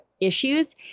issues